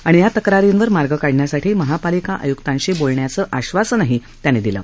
आणि या तक्रारींवर मार्ग काढण्यासाठी महापालिका आयुक्तांशी बोलण्याचं आश्वासनही त्यांनी दिलं